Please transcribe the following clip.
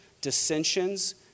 dissensions